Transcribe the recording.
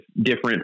different